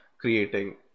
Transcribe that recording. creating